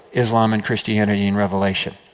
islam and christianity, in revelation.